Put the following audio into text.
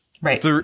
Right